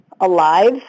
alive